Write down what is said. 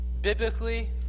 Biblically